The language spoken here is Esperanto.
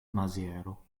maziero